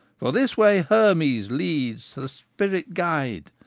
for this way hermes leads, the spirit guide,